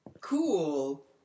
Cool